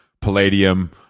Palladium